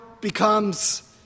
becomes